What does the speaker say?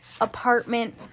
Apartment